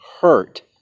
hurt